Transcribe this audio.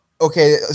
okay